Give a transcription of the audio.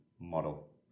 model